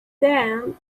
then